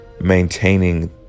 maintaining